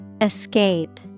Escape